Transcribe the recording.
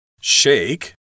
Shake